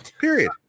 period